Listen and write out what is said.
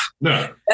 No